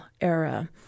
era